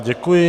Děkuji.